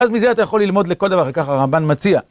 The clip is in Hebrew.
אז מזה אתה יכול ללמוד לכל דבר, ככה הרמב"ן מציע.